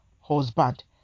husband